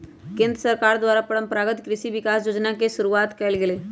केंद्र सरकार द्वारा परंपरागत कृषि विकास योजना शुरूआत कइल गेलय